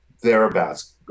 thereabouts